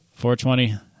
420